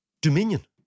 dominion